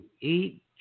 Eat